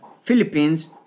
Philippines